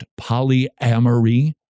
polyamory